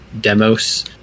demos